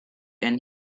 and